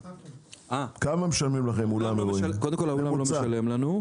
קודם כול, האולם לא משלם לנו.